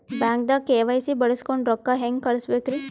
ಬ್ಯಾಂಕ್ದಾಗ ಕೆ.ವೈ.ಸಿ ಬಳಸ್ಕೊಂಡ್ ರೊಕ್ಕ ಹೆಂಗ್ ಕಳಸ್ ಬೇಕ್ರಿ?